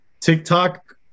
TikTok